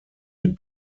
mit